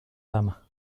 dama